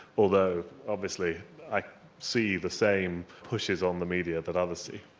although obviously i see the same pushes on the media that others see.